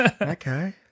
Okay